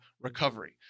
recovery